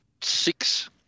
Six